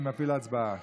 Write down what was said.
אני מפעיל הצבעה.